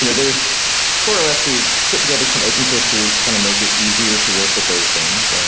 you know there's coreos, we've put together some open-source tools to kind of make it easier to work with those things.